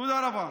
תודה רבה.